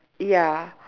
ya